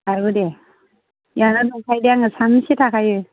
ओंखारबो दे बेयावनो दंखायो दे आङो सानसे थाखायो